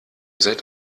seit